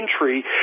entry